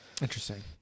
Interesting